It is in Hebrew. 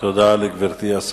תודה רבה.